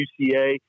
UCA